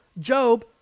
Job